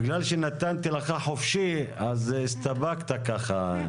בגלל שנתתי לך חופשי, אז הסתפקת ככה.